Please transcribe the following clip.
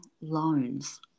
loans